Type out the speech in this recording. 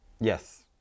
Yes